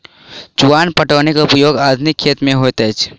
चुआन पटौनीक उपयोग आधुनिक खेत मे होइत अछि